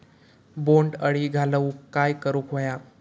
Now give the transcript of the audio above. बोंड अळी घालवूक काय करू व्हया?